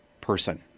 person